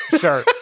sure